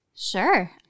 Sure